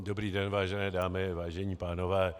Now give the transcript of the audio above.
Dobrý den, vážené dámy a vážení pánové.